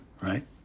right